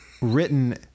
written